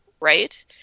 right